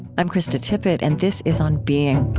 i'm krista tippett, and this is on being.